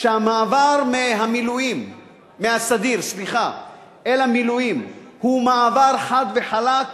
שהמעבר מהסדיר אל המילואים הוא מעבר חד וחלק,